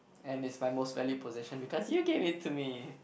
and it's my most value possession because you gave it to me